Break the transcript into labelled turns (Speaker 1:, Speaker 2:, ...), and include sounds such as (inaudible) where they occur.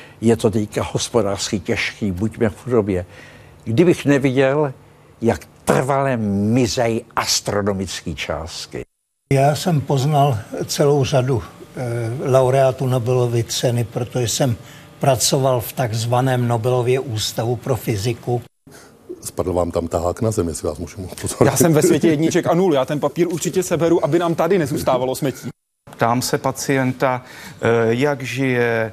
Speaker 1: Je to teďka hospodářsky těžký, buďme v chudobě. Kdybych neviděl, jak trvale mizej astronomický částky.
Speaker 2: Já jsem poznal celou řadu, eh, laureátů Nobelovy ceny, protože jsem pracoval v takzvaném Nobelově ústavu pro fyziku.
Speaker 3: Spadl vám tam tahák na zemi, jestli vás můžu- mohu upozornit.
Speaker 4: Já jsem ve světě jedniček a
Speaker 3: (laughs)
Speaker 4: nul, já ten papír určitě seberu, aby nám tady nezůstávalo smetí.
Speaker 5: Ptám se pacienta, eh, jak žije.